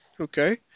Okay